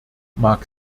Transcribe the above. mag